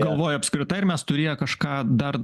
galvoju apskritai ar mes turėję kažką dar